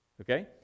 Okay